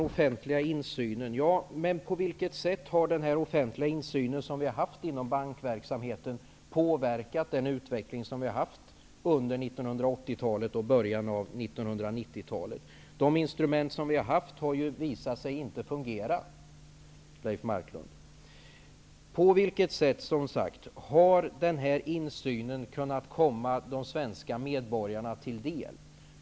Herr talman! På vilket sätt har den offentliga insyn som vi har haft inom bankverksamheten påverkat den utveckling som varit under 80-talet och början av 90-talet? Det har visat sig, Leif Marklund, att de instrument som vi haft inte fungerat. På vilket sätt har den här insynen kunnat komma de svenska medborgarna till del?